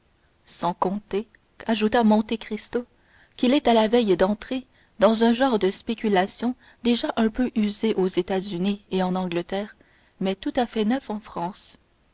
sans compter ajouta monte cristo qu'il est à la veille d'entrer dans un genre de spéculation déjà un peu usé aux états-unis et en angleterre mais tout à fait neuf en france